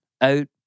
out